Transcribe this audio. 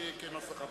קבוצת סיעת חד"ש,